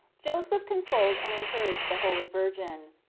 joseph consoled and encouraged the holy virgin.